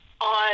on